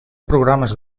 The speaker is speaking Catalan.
programes